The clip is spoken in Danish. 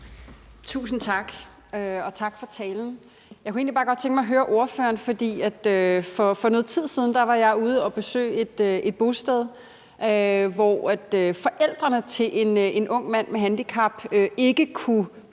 Tusind tak, og tak for talen. Jeg kunne egentlig bare godt tænke mig at høre ordføreren om noget, for jeg var for noget tid siden ude at besøge et bosted, hvor forældrene til en ung mand med handicap ikke kunne få lov